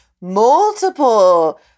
multiple